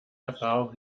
erfahrung